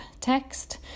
text